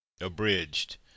Abridged